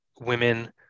women